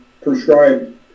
prescribed